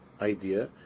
idea